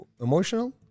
emotional